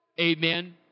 Amen